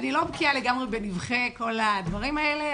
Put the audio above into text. אני לא בקיאה לגמרי בנבכי כל הדברים האלה,